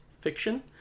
fiction